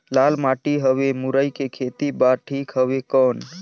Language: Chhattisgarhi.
लाल माटी हवे मुरई के खेती बार ठीक हवे कौन?